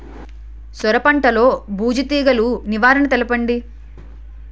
సొర పంటలో బూజు తెగులు నివారణ తెలపండి?